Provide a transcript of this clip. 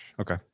Okay